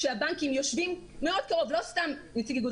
שכשהבנקים יושבים מאוד קרוב לא סתם נציג איגוד